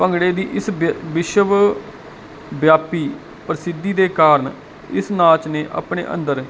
ਭੰਗੜੇ ਦੀ ਇਸ ਵਿਸ਼ਵ ਵਿਆਪੀ ਪ੍ਰਸਿੱਧੀ ਦੇ ਕਾਰਨ ਇਸ ਨਾਚ ਨੇ ਆਪਣੇ ਅੰਦਰ